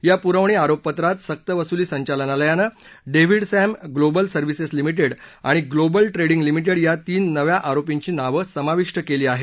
या पुरवणी आरोपपत्रात सक्तवसुली संचालनालयानं David Sam Global Services Limited आणि ग्लोबल ट्रेडिंग लिमिटेड या तीन नव्या आरोपींची नावं समाविष्ट केली आहेत